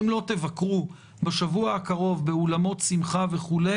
אם לא תבקרו בשבוע הקרוב באולמות שמחה וכו',